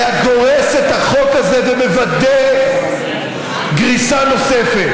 היה גורס את החוק הזה ומוודא גריסה נוספת.